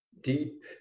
deep